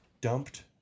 dumped